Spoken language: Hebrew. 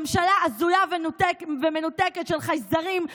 ממשלה הזויה ומנותקת של חייזרים,